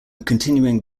continuing